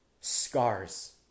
Scars